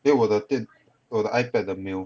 then 我的电我的 ipad 的没有